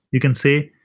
you can say,